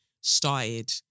started